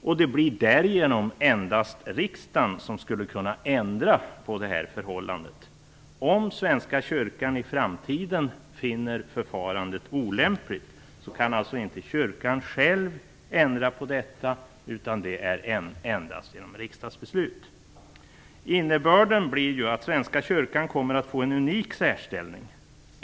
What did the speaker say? Därigenom blir det endast riksdagen som kan ändra på förhållandet. Om Svenska kyrkan i framtiden finner förfarandet olämpligt kan alltså inte kyrkan själv ändra på detta utan det kan endast ändras genom riksdagsbeslut. Innebörden blir ju att Svenska kyrkan kommer att få en unik särställning.